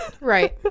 right